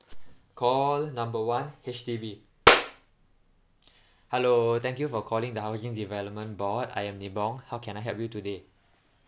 call the number one H_D_B hello thank you for calling the housing development board I am nibong how can I help you today